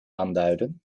aanduiden